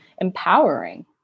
empowering